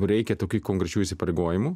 reikia tokių konkrečių įsipareigojimų